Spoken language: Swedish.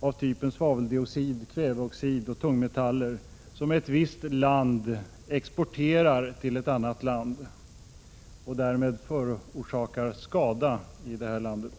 av typen svaveldioxid, kväveoxid och tungmetaller som ett visst land exporterar till ett annat och därmed förorsakar skada i det landet.